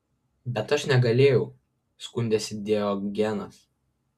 bet aš negalėjau skundėsi diogenas